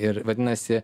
ir vadinasi